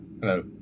Hello